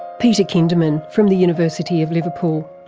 peter kinderman from the university of liverpool.